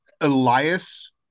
Elias